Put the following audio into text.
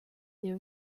there